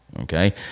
okay